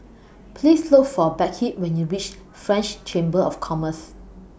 Please Look For Beckett when YOU REACH French Chamber of Commerce